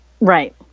Right